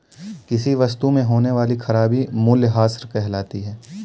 किसी वस्तु में होने वाली खराबी मूल्यह्रास कहलाती है